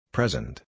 Present